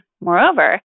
Moreover